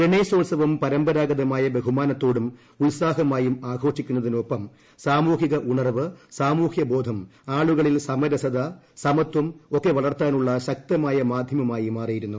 ഗണേശോത്സവം പരമ്പരാഗതമായ ബഹു മാനത്തോടും ഉത്സാഹമായും ആഘോഷിക്കുന്നതിനൊപ്പം സാമൂഹിക ഉണർവ് സാമൂഹൃബോധം ആളുകളിൽ സമരസത സമത്വം ഒക്കെ വളർത്താനുള്ള ശക്തമായ മാധ്യമമായി മാറിയിരുന്നു